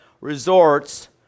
resorts